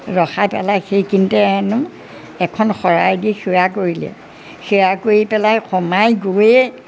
ৰখাই পেলাই সেইখিনিতে হেনো এখন শৰাই দি সেৱা কৰিলে সেৱা কৰি পেলাই সোমাই গৈয়ে